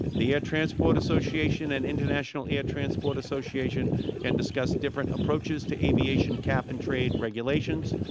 the air transport association and international air transport association can discuss different approaches to aviation cap and-trade regulations.